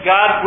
God